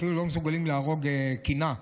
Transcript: אפילו לא מסוגלים להרוג כינה,